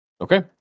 Okay